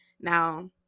Now